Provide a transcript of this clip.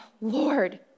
Lord